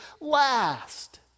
last